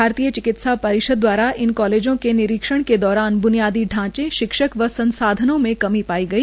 भारतीय चिकित्सा परिषद द्वारा इन कॉलेजों के निरीक्षण के दौरान ब्नियादी ढांचे शिक्षक व संसाधनों में कमी पाई गई